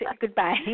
Goodbye